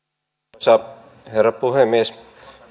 arvoisa herra puhemies